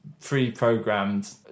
pre-programmed